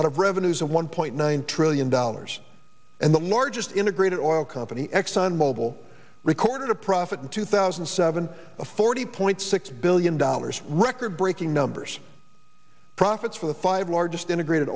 out of revenues of one point nine trillion dollars and the largest integrated oil company exxon mobil recorded a profit in two thousand and seven a forty point six billion dollar record breaking numbers profits for the five largest integrated